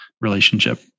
relationship